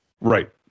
right